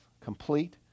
Complete